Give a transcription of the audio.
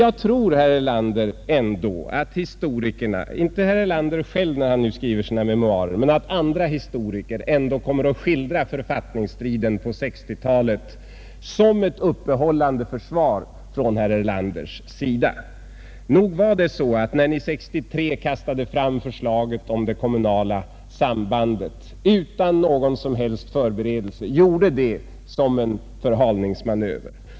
Jag tror ändå, herr Erlander, att historikerna — utom herr Erlander själv när han nu skriver sina memoarer — kommer att skildra författningsstriden på 1960-talet som ett uppehällande försvar från herr Erlanders sida. Nog var det så, när ni år 1963 kastade fram förslaget om det kommunala sambandet utan nägon som helst förberedelse, att ni gjorde det som en förhalningsmanöver.